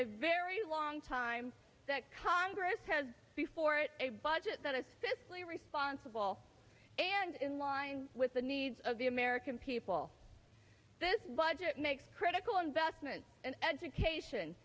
a very long time that congress has before it a budget that is fiscally responsible and in line with the needs of the american people this budget makes critical investments in education